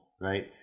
right